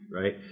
right